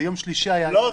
זה יום שלישי --- לא.